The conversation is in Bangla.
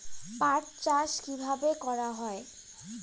পাট চাষ কীভাবে করা হয়?